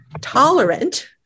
tolerant